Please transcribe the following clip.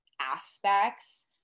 aspects